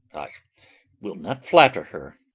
i will not flatter her.